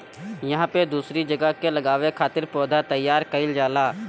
इहां पे दूसरी जगह पे लगावे खातिर पौधा तईयार कईल जाला